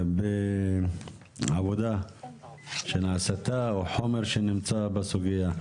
את העבודה שנעשתה ואת החומר שנמצא בסוגיה.